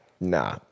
nah